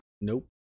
nope